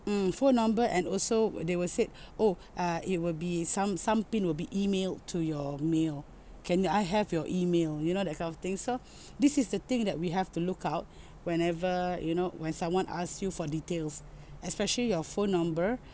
mm phone number and also they will said oh uh it will be some some pin will be emailed to your mail can I have your email you know that kind of thing so this is the thing that we have to look out whenever you know when someone ask you for details especially your phone number